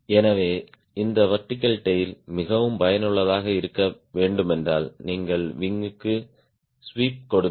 எனவே இந்த vertical tail மிகவும் பயனுள்ளதாக இருக்க வேண்டுமென்றால் நீங்கள் விங் க்கு ஸ்வீப் கொடுங்கள்